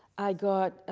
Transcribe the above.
i got,